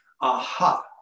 aha